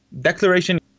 declaration